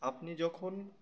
আপনি যখন